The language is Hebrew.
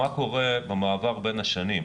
מה קורה במעבר בין השנים?